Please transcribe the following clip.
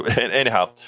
Anyhow